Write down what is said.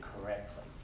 correctly